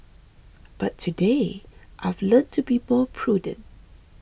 but today I've learnt to be more prudent